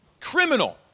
Criminal